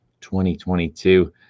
2022